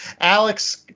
Alex